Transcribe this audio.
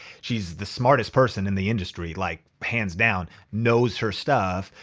she's the smartest person in the industry, like hands down, knows her stuff.